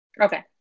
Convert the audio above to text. Okay